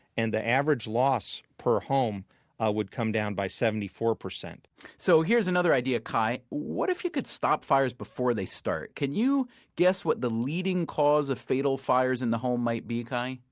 and the average loss per home would come down by seventy four percent so here's another idea, kai what if you could stop fires before they start? can you guess what the leading cause of fatal fires in the home might be, kai?